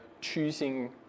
choosing